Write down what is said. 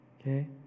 okay